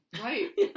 Right